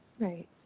Right